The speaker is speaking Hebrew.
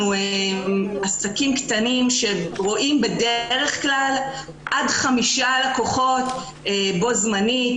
אנחנו עסקים קטנים שרואים בדרך כלל עד חמישה לקוחות בו-זמנית.